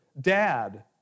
Dad